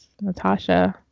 Natasha